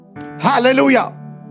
hallelujah